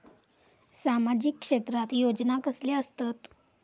सामाजिक क्षेत्रात योजना कसले असतत?